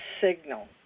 signal